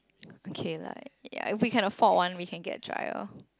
okay lah if we can afford one we can get a dryer